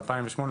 2008,